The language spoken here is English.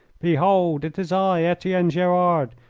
behold it is i, etienne gerard,